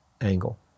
angle